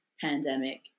pandemic